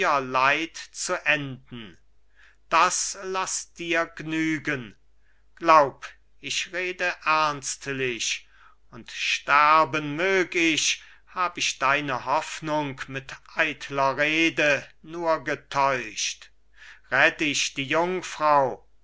leid zu enden das laß dir nur genügen glaub ich rede ernstlich und sterben mög ich hab ich deine hoffnung mit eitler rede nur getäuscht rett ich die jungfrau